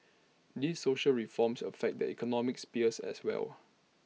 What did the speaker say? these social reforms affect the economic spheres as well